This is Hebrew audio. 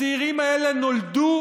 הצעירים האלה נולדו